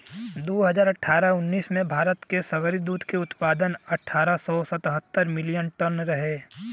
दू हज़ार अठारह उन्नीस में भारत के सगरी दूध के उत्पादन अठारह सौ सतहत्तर मिलियन टन रहे